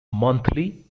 monthly